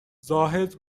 زاهد